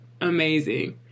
amazing